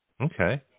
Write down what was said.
Okay